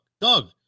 Doug